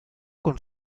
con